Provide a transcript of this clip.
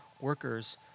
workers